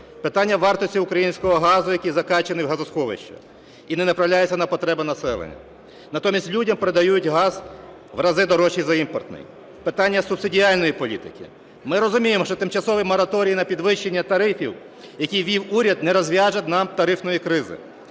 Питання вартості українського газу, який закачаний в газосховища і не направляється на потреби населення. Натомість людям продають газ в рази дорожчий за імпортний. Питання субсидіальної політики. Ми розуміємо, що тимчасовий мораторій на підвищення тарифів, який ввів уряд, не розв'яже нам тарифної кризи